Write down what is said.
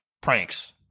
Pranks